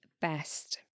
best